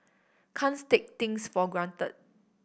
can't take things for granted